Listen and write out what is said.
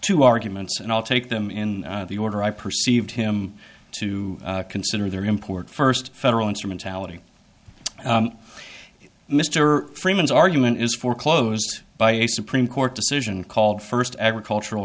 two arguments and i'll take them in the order i perceived him to consider their import first federal instrumentality mr freeman's argument is for close by a supreme court decision called first agricultural